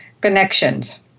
Connections